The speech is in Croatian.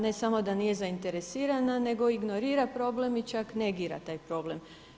Ne samo da nije zainteresirana nego ignorira problem i čak negira taj problem.